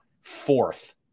fourth